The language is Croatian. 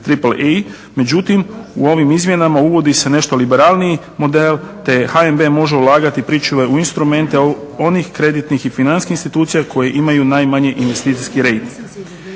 međutim u ovim izmjenama uvodi se nešto liberalniji model te HNB može ulagati pričuve u instrumente onih kreditnih i financijskih institucija koje imaju najmanji investicijskih